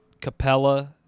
Capella